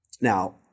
Now